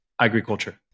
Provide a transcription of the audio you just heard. agriculture